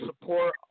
support